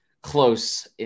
close